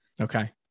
okay